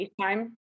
FaceTime